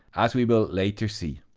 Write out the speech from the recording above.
as we will later see.